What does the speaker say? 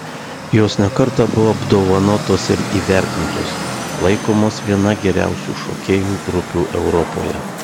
jos ne kartą buvo apdovanotos ir įvertintos laikomos viena geriausių šokėjų grupių europoje